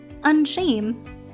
unshame